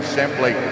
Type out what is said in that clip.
simply